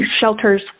Shelter's